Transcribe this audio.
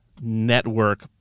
network